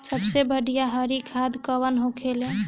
सबसे बढ़िया हरी खाद कवन होले?